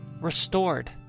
restored